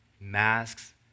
Masks